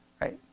right